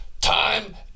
Time